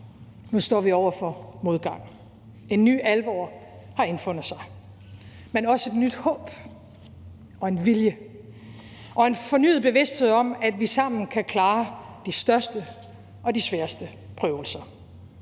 Nu står vi over for modgang. En ny alvor har indfundet sig. Men også et nyt håb og en vilje og en fornyet bevidsthed om, at vi sammen kan klare de største og de sværeste prøvelser.